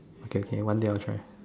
okay okay one day I will try